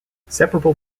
separable